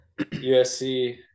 USC